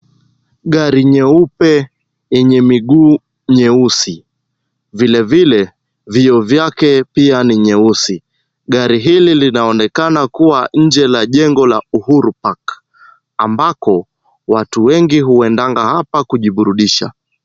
Gari nyeupe yenye miguu nyeusi vilevile vioo vyake pia ni nyeusi. Gari hili linaonekana kuwa nje la jengo la Uhuru park ambako watu wengi huendanga hapa kujiburudisha.